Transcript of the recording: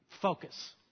focus